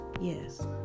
yes